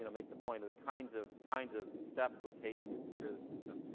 you know make the point of the kinds of kinds of steps we're taking to secure the system.